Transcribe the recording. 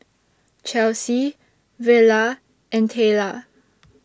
Chelsie Vella and Tayla